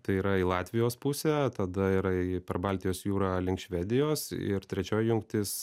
tai yra į latvijos pusę tada yra į per baltijos jūrą link švedijos ir trečioji jungtis